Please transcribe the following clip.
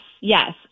yes